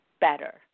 better